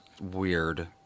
weird